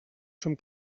som